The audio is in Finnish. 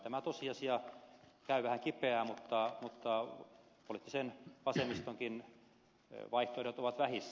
tämä tosiasia käy vähän kipeää mutta poliittisen vasemmistonkin vaihtoehdot ovat vähissä